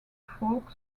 folk